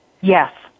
yes